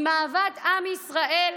עם אהבת עם ישראל,